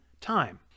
time